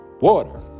water